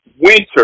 winter